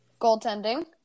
Goaltending